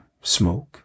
Smoke